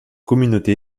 communauté